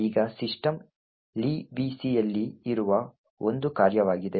ಈಗ ಸಿಸ್ಟಮ್ ಲಿಬಿಸಿಯಲ್ಲಿ ಇರುವ ಒಂದು ಕಾರ್ಯವಾಗಿದೆ